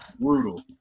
Brutal